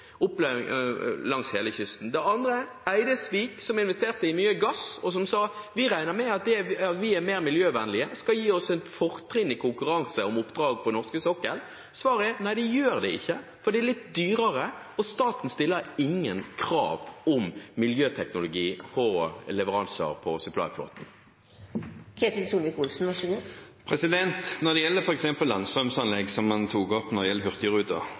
langs hele kysten. Det andre gjelder Eidesvik, som investerte i mye gass, og som sa: Vi regner med at det at vi er mer miljøvennlige, skal gi oss et fortrinn i konkurransen om oppdrag på den norske sokkelen. Svaret er: Nei, det gjør det ikke, for de er litt dyrere, og staten stiller ingen krav om miljøteknologi når det gjelder leveranser til supplyflåten. Når det gjelder f.eks. landstrømanlegg, som han tok opp når det